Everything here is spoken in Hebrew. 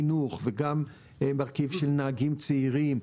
מרכיב של חינוך וגם מרכיב של נהגים צעירים,